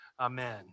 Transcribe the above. Amen